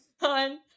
on